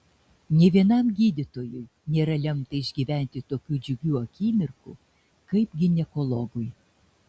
nė vienam gydytojui nėra lemta išgyventi tokių džiugių akimirkų kaip ginekologui